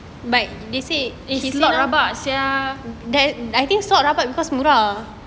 eh slot rabak sia